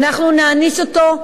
אנחנו נעניש אותו,